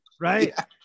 Right